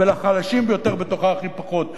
ולחלשים ביותר בתוכה הכי פחות.